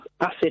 acid